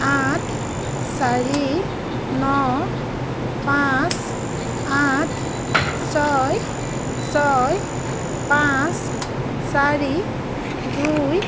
আঠ চাৰি ন পাঁচ আঠ ছয় ছয় পাঁচ চাৰি দুই